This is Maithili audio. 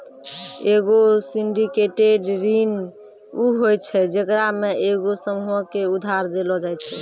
एगो सिंडिकेटेड ऋण उ होय छै जेकरा मे एगो समूहो के उधार देलो जाय छै